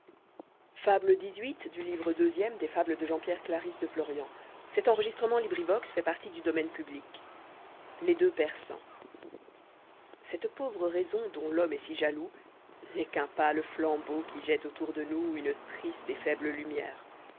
les deu x persans jette pauvre raison dcmt l'homme est si jaloux n'est qu'un pâle flambeau qui jette autour de nou une triste et foible minière